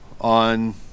on